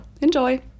Enjoy